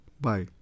Bye